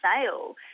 sale